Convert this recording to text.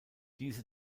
diese